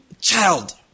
child